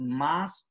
mais